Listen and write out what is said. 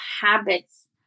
habits